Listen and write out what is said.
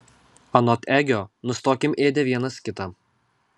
anot egio nustokim ėdę vienas kitą